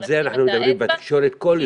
על זה אנחנו מדברים בתקשורת כל יום.